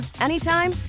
anytime